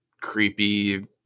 creepy